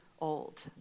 old